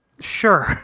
Sure